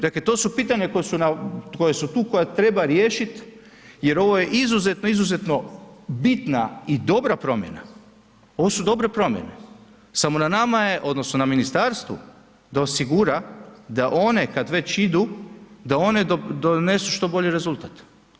Dakle, to su pitanja koja su tu, koja treba riješiti jer ovo je izuzetno, izuzetno bitna i dobra promjena, ovo su dobre promjene, samo na nama je odnosno na ministarstvu da osigura da one kad već idu, da one donesu što bolji rezultat.